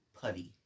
putty